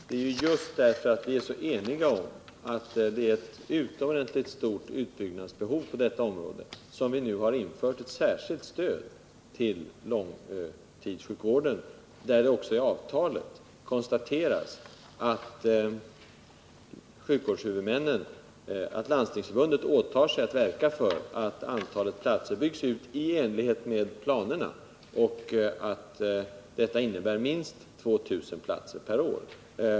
Det är just för att vi är så eniga om att det finns ett utomordentligt stort utbyggnadsbehov på detta område som vi nu har infört ett särskilt stöd till långtidssjukvården, där det också i avtalet konstateras att Landstingsförbundet åtar sig att verka för att antalet platser byggs ut i enlighet med planerna och att detta innebär minst 2 000 nya platser per år.